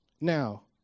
now